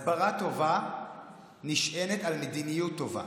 הסברה טובה נשענת על מדיניות טובה.